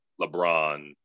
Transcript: LeBron